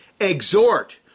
exhort